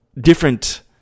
different